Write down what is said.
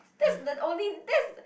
that's the only that's